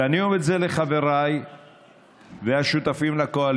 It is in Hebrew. ואני אומר את זה לחבריי ולשותפים לקואליציה,